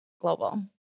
global